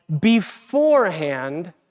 beforehand